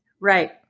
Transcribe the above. Right